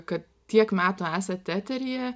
kad tiek metų esat eteryje